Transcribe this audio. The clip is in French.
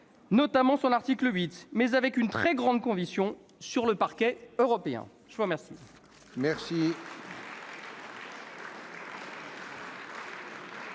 notamment l'article 8, mais avec une très grande conviction sur le Parquet européen. La parole